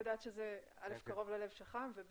לא, אני פשוט יודעת שזה א', קרוב ללב שלך, ו-ב',